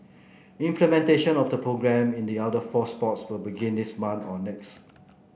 implementation of the programme in the other four sports will begin this month or next